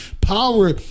Power